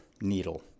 needle